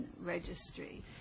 registry